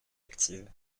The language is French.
active